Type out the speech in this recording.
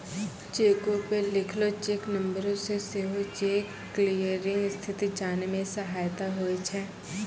चेको पे लिखलो चेक नंबरो से सेहो चेक क्लियरिंग स्थिति जाने मे सहायता होय छै